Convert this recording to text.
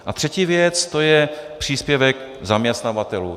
A třetí věc, to je příspěvek zaměstnavatelů.